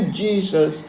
jesus